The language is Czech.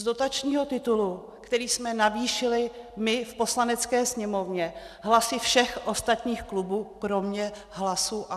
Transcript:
Z dotačního titulu, který jsme navýšili my v Poslanecké sněmovně hlasy všech ostatních klubů kromě hlasů ANO.